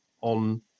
on